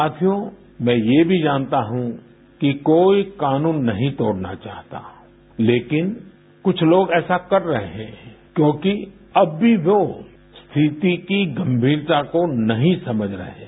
साथियो मैं ये भी जानता हूं कि कोई कानून नहीं तोड़ना चाहता लेकिन कुछ लोग ऐसा कर रहे हैं क्योंकि अब भी वो रिथति की गंभीरता को नहीं समझ रहे हैं